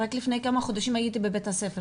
רק לפני כמה חודשים הייתי בבית הספר.